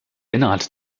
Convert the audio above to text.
inhalt